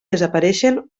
desapareixen